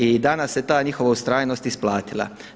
I danas se ta njihova ustrajnost isplatila.